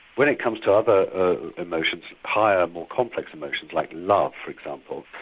when it comes to other emotions higher, more complex emotions, like love, for example,